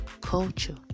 culture